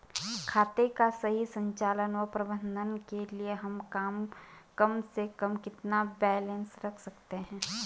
खाते का सही संचालन व प्रबंधन के लिए हम कम से कम कितना बैलेंस रख सकते हैं?